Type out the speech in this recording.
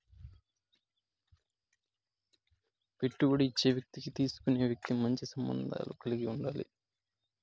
పెట్టుబడి ఇచ్చే వ్యక్తికి తీసుకునే వ్యక్తి మంచి సంబంధాలు కలిగి ఉండాలి